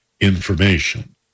information